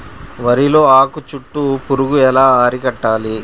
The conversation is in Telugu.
వరిలో ఆకు చుట్టూ పురుగు ఎలా అరికట్టాలి?